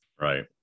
Right